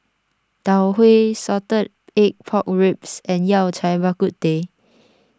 Tau Huay Salted Egg Pork Ribs and Yao Cai Bak Kut Teh